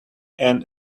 and